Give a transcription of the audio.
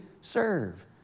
serve